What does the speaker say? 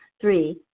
Three